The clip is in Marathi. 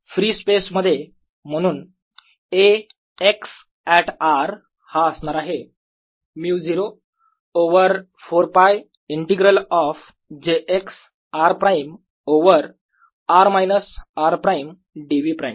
फ्री स्पेस मध्ये म्हणून A x ऍट r हा असणार आहे μ0 over 4 π integral of j x r prime over r minus r prime dv prime